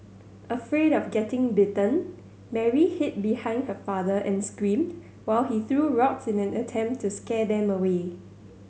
afraid of getting bitten Mary hid behind her father and screamed while he threw rocks in an attempt to scare them away